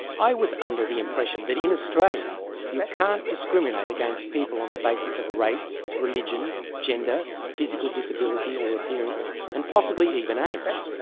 i was under the impression that in australia you can't discriminate against people on the basis of race, religion, gender, physical disability or appearance and possibly even age.